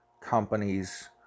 companies